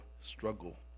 struggle